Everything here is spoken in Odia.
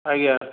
ଆଜ୍ଞା